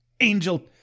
Angel